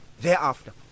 thereafter